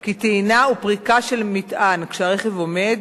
כי טעינה ופריקה של מטען כשהרכב עומד